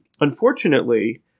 Unfortunately